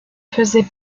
faisait